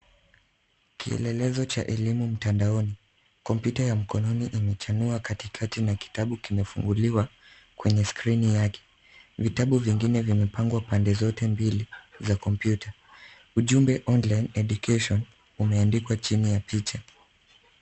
Kielelezo cha elimu mtandaoni. Kompyuta ya mkononi imechanua katikati na kitabu kimefunguliwa kwenye skrini yake. Vitabu vingine vimepangwa pande zote mbili za kompyuta. Ujumbe online education umeandikwa chini ya picha.